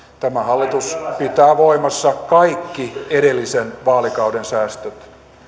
tämä hallitus pitää voimassa kaikki edellisen vaalikauden säästöt